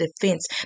defense